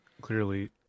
clearly